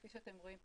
כפי שאתם רואים פה,